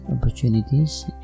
opportunities